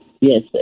Yes